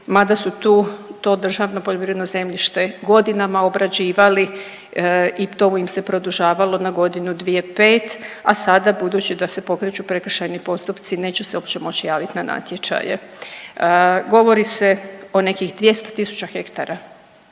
mada su tu to državno poljoprivredno zemljište godinama obrađivali i to im se produžavalo na godinu, dvije, pet, a sada budući da se pokreću prekršajni postupci neće se uopće moći javiti na natječaje. Govori se o nekih 200.000 hektara